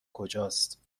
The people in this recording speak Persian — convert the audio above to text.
کجاست